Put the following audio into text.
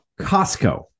Costco